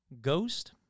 Ghost